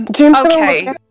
Okay